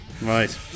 right